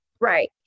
Right